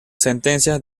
sentencias